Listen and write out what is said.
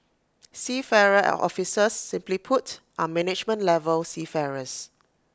seafarer officers simply put are management level seafarers